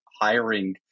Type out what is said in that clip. hiring